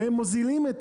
והם מוזילים את